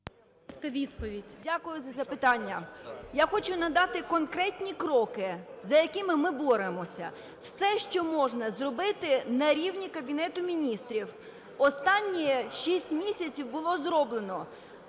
Дякую за запитання. Я хочу надати конкретні кроки, за якими ми боремося. Все, що можна зробити на рівні Кабінету Міністрів, останні 6 місяців було зроблено.